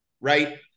right